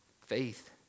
faith